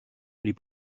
les